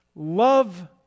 Love